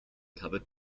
covered